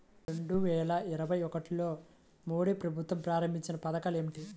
రెండు వేల ఇరవై ఒకటిలో మోడీ ప్రభుత్వం ప్రారంభించిన పథకాలు ఏమిటీ?